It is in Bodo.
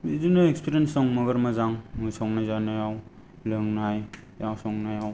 बिदिनो इएक्सपिरियेन्स दं नोगोर मोजां संनाय जानायाव लोंनायाव संनायाव